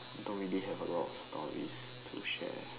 don't really have a lot of stories to share